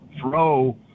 throw